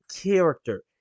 character